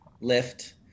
lift